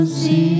see